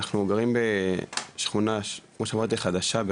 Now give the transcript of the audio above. אנחנו גרים בשכונה כמו שאמרתי חדשה,